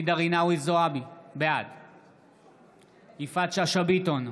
ג'ידא רינאוי זועבי, בעד יפעת שאשא ביטון,